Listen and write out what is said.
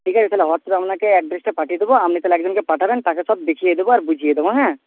ঠিক আছে তাহলে হোয়াটসঅ্যাপে আপনাকে অ্যাড্রেসটা পাঠিয়ে দেবো আপনি তাহলে একজনকে পাঠাবেন তাকে সব দেখিয়ে দেবো আর বুঝিয়ে দেবো হ্যাঁ